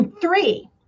Three